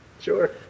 Sure